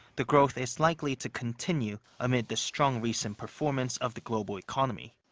the growth is likely to continue amid the strong recent performance of the global economy.